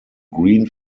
green